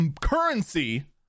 currency